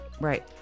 right